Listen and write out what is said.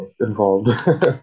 involved